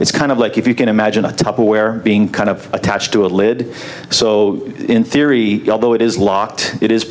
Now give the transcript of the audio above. it's kind of like if you can imagine a tupperware being kind of attached to a lid so in theory although it is locked it is